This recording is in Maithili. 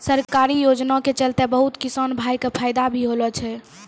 सरकारी योजना के चलतैं बहुत किसान भाय कॅ फायदा भी होलो छै